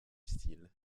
style